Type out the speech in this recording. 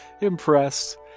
impressed